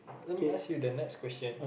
let me ask you the next question